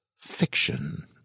fiction